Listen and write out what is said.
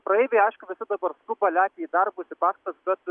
praeiviai aišku visi dabar skuba lekia į darbus į paskaitas bet